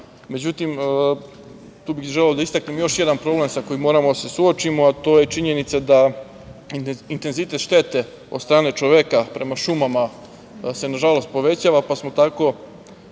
2.Međutim, tu bih želeo da istaknem još neki problem sa kojim moramo da se suočimo, a to je činjenica da intenzitet štete, od strane čoveka prema šumama, se na žalost povećava, pa smo tako